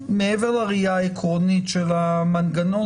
מעבר לראייה העקרונית של המנגנון,